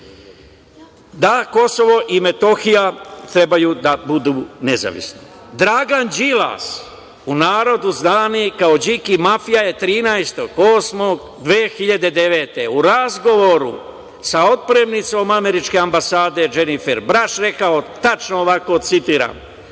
da Kosovo i Metohija treba da budu nezavisno. Dragan Đilas, u narodu zvani kao "Điki mafija" je 13.08.2009. godine u razgovoru sa otpremnicom američke ambasade Dženifer Braš rekao tačno ovako i ja